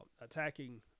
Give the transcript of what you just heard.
attacking